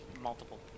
multiple